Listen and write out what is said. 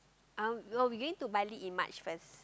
um oh we going to Bali in March first